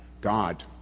God